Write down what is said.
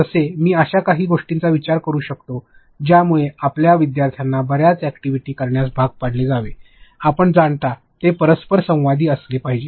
जसे मी अशा काही गोष्टींचा विचार करू शकतो ज्यामुळे आपल्या विद्यार्थ्यांना बर्याच अॅक्टीव्हिटी करण्यास भाग पाडले जावे आपण जाणता ते परस्पर संवादी असले पाहिजे